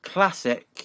Classic